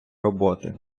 роботи